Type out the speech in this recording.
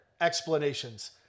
explanations